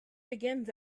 begins